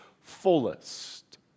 fullest